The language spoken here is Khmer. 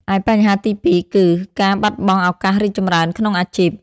ឯបញ្ហាទីពីរ គឺ ការបាត់បង់ឱកាសរីកចម្រើនក្នុងអាជីព។